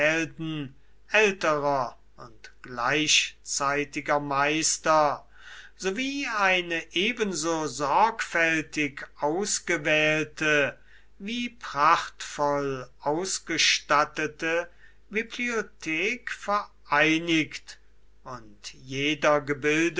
älterer und gleichzeitiger meister sowie eine ebenso sorgfältig ausgewählte wie prachtvoll ausgestattete bibliothek vereinigt und jeder